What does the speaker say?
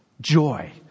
joy